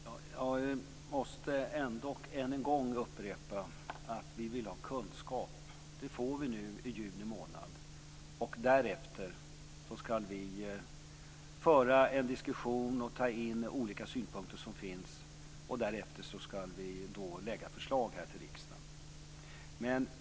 Fru talman! Jag måste ändock än en gång upprepa att vi vill ha kunskap. Det får vi i juni månad. Därefter skall vi föra en diskussion och ta in olika synpunkter. Sedan skall vi lägga fram förslag till riksdagen.